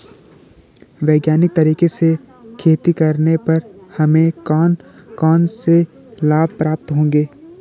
वैज्ञानिक तरीके से खेती करने पर हमें कौन कौन से लाभ प्राप्त होंगे?